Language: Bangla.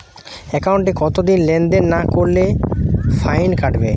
একাউন্টে কতদিন লেনদেন না করলে ফাইন কাটবে?